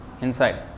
inside